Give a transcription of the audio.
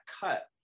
cut